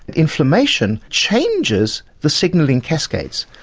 inflammation changes the signalling cascades,